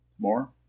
More